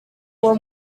uwo